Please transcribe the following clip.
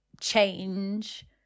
change